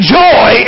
joy